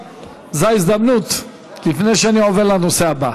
זאת ההזדמנות, לפני שאני עובר לנושא הבא.